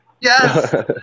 Yes